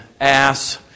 ass